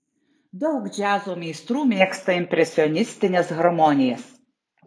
daug džiazo meistrų mėgsta impresionistines harmonijas